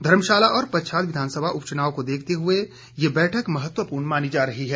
धर्मशाला और पच्छाद विधानसभा उपचुनाव को देखते हुए भी ये बैठक महत्वपूर्ण मानी जा रही है